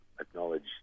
acknowledge